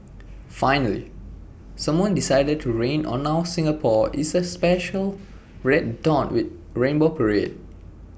finally someone decided to rain on our Singapore is A special red dot with rainbow parade